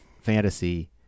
fantasy